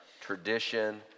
tradition